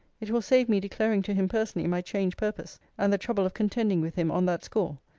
it will save me declaring to him personally my changed purpose, and the trouble of contending with him on that score.